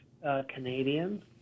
Canadians